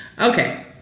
Okay